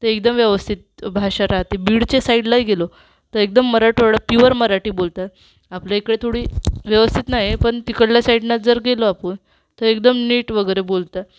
एकदम व्यवस्थित भाषा राहते बीडच्या साइडला गेलो तर एकदम मराठवाड्यात पिवर मराठी बोलतात आपल्या इकडे थोडी व्यवस्थित नाही पण तिकडल्या साइडला जर गेलो आपण तर एकदम नीट वगैरे बोलतात